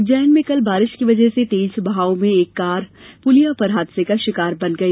उज्जैन में कल बारिश की बजह से तेज बहाव में एक कार पुलिया पर हादसे का शिकार बन गई